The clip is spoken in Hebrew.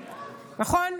נכון?